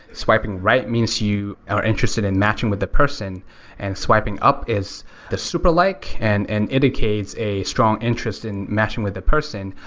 swiping right means you are interested in matching with the person and swiping up is the super like and and indicated a strong interest in matching with the person.